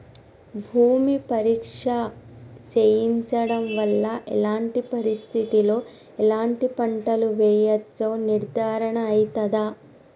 భూమి పరీక్ష చేయించడం వల్ల ఎలాంటి పరిస్థితిలో ఎలాంటి పంటలు వేయచ్చో నిర్ధారణ అయితదా?